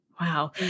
Wow